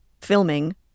filming